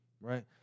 Right